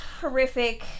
horrific